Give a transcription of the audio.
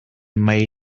may